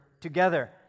Together